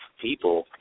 people